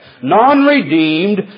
non-redeemed